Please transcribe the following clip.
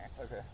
Okay